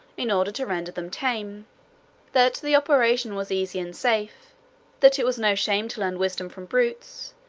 in order to render them tame that the operation was easy and safe that it was no shame to learn wisdom from brutes,